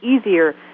easier